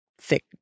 thick